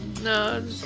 No